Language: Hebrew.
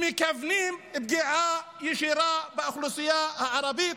שמכוונים פגיעה ישירה באוכלוסייה הערבית.